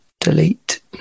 Delete